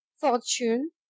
fortune